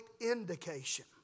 indication